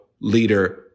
leader